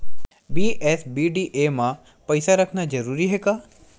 BSBDA मा पईसा रखना जरूरी हे का?